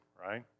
right